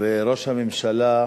נעבור לתוצאות: